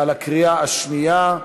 בקריאה השנייה.